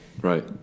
Right